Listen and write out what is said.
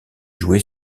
joué